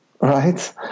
right